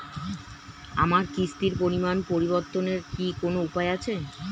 আমার কিস্তির পরিমাণ পরিবর্তনের কি কোনো উপায় আছে?